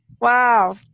Wow